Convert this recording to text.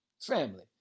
Family